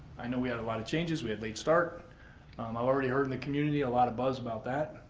i know we had a lot of changes. we had a late start. um i've already heard in the community a lot of buzz about that.